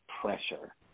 pressure